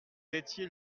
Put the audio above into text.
étiez